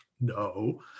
no